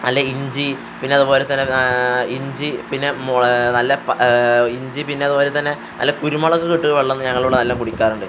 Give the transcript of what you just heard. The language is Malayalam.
നല്ല ഇഞ്ചി പിന്നെ അതുപോലെത്തന്നെ ഇഞ്ചി പിന്നെ നല്ല ഇഞ്ചി പിന്നെ അതുപോലെത്തന്നെ നല്ല കുരുമുളക് ഇട്ട വെള്ളം ഞങ്ങളിവിടെ അതെല്ലാം കുടിക്കാറുണ്ട്